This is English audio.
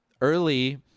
early